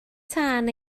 tân